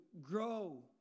grow